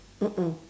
mm mm